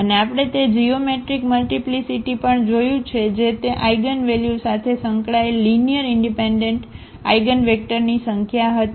અને આપણે તે જીઓમેટ્રિક મલ્ટીપ્લીસીટી પણ જોયું છે જે તે આઇગનવેલ્યુ સાથે સંકળાયેલ લીનીઅરઇનડિપેન્ડન્ટ આઇગનવેક્ટરની સંખ્યા હતી